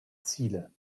ziele